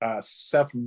Seth